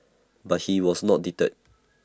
but he was not deterred